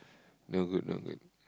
no good no good